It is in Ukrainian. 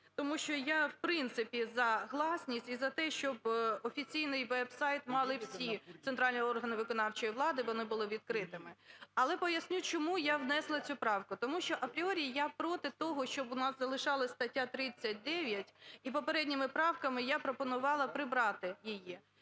тому що я в принципі за гласність і за те, щоб офіційний веб-сайт мали всі центральні органи виконавчої влади, вони були відкритими. Але поясню, чому я внесла цю правку, тому що апріорі я проти того, щоб у нас залишалась стаття 39 і попередніми правками я пропонувала прибрати її.